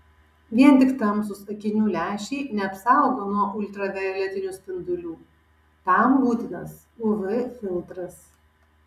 vien tik tamsūs akinių lęšiai neapsaugo nuo ultravioletinių spindulių tam būtinas uv filtras